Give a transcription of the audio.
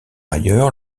ailleurs